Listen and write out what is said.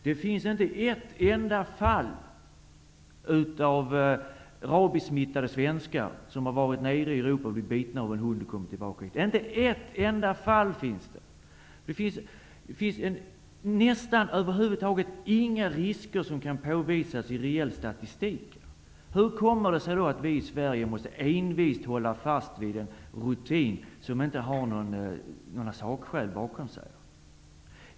Det finns inte ett enda fall av en svensk som har varit i Europa, blivit biten av en hund och därmed blivit rabiessmittad. Det finns över huvud taget nästan inga risker som kan påvisas i reell statistik. Hur kommer det sig då att vi i Sverige envist måste hålla fast vid en rutin som inte har några sakskäl bakom sig?